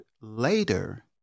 later